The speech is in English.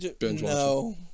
No